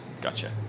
gotcha